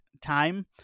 time